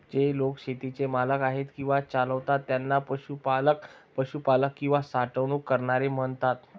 जे लोक शेतीचे मालक आहेत किंवा चालवतात त्यांना पशुपालक, पशुपालक किंवा साठवणूक करणारे म्हणतात